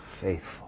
faithful